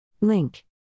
Link